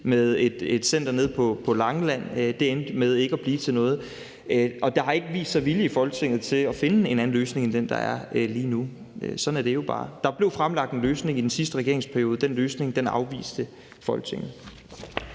med et center på Langeland. Det endte med ikke at blive til noget, og der har ikke vist sig vilje i Folketinget til at finde en anden løsning end den, der er nu. Sådan er det jo bare. Der blev fremlagt en løsning i den sidste regeringsperiode. Den løsning afviste Folketinget.